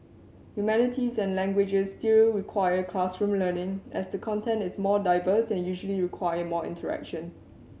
humanities and languages still require classroom learning as the content is more diverse and usually require more interaction